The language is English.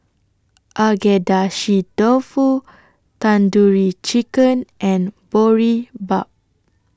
Agedashi Dofu Tandoori Chicken and Boribap